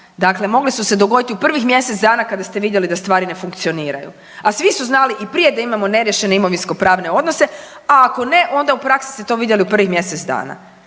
Dakle, mogle su se dogoditi u prvih mjesec dana kada ste vidjeli da stvari ne funkcioniraju, a svi su znali i prije da imamo neriješene imovinskopravne odnose, a ako ne onda u praksi ste to vidjeli u prvih mjesec dana.